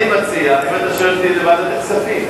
אני מציע, אם אתה שואל אותי, לוועדת הכספים,